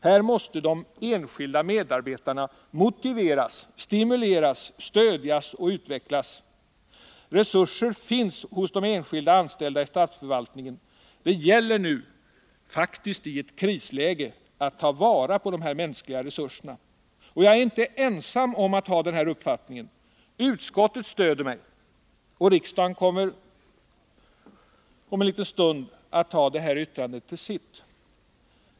Här måste de enskilda medarbetarna motiveras, stimuleras, stödjas och utvecklas. Resurser finns hos de enskilda anställda i statsförvaltningen. Det gäller nu — faktiskt i ett krisläge — att ta vara på dessa mänskliga resurser. Jag är inte ensam om att ha den här uppfattningen. Utskottet stöder mig, och riksdagen kommer om en liten stund att göra utskottets yttrande till sitt.